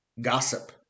gossip